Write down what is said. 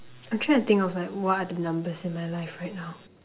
I'm trying to think of like what are the numbers in my life right now